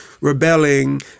rebelling